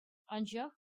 анчах